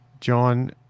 John